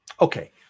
Okay